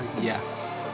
Yes